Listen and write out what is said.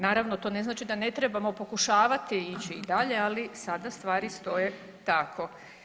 Naravno, to ne znači da ne trebamo pokušavati ići i dalje, ali sada stvari stoje tako.